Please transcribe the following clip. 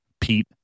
Pete